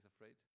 afraid